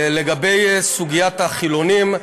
לגבי סוגיית החילונים,